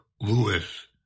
Lewis